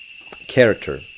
character